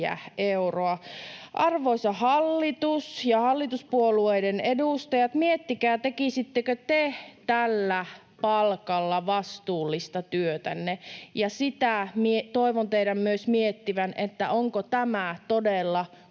Arvoisa hallitus ja hallituspuolueiden edustajat, miettikää, tekisittekö te tällä palkalla vastuullista työtänne. Ja toivon teidän miettivän myös sitä, onko tämä todella kohtuullinen